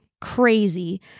crazy